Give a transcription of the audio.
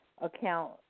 account